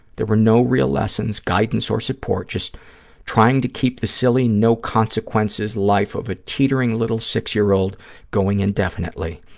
there were no real lessons, guidance or support, just trying to keep the silly, no-consequences life of a teetering little six-year-old going indefinitely.